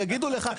יגידו לך,